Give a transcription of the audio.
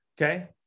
okay